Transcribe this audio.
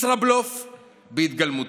ישראבלוף בהתגלמותו.